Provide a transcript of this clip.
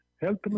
health